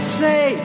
say